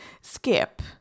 skip